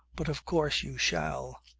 but of course you shall.